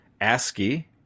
ASCII